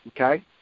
okay